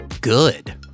Good